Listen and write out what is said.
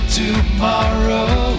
tomorrow